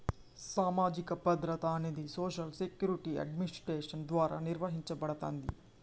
సామాజిక భద్రత అనేది సోషల్ సెక్యూరిటీ అడ్మినిస్ట్రేషన్ ద్వారా నిర్వహించబడతాంది